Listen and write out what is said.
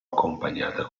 accompagnata